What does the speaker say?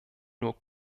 nur